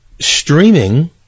streaming